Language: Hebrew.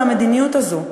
על המדיניות הזאת,